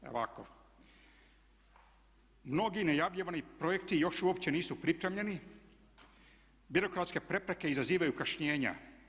Evo ovako, mnogi najavljivani projekti još uopće nisu pripremljeni, birokratske prepreke izazivaju kašnjenja.